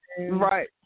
Right